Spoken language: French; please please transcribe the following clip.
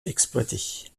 exploitée